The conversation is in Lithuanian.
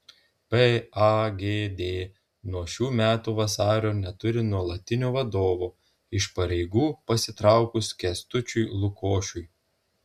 pagd nuo šių metų vasario neturi nuolatinio vadovo iš pareigų pasitraukus kęstučiui lukošiui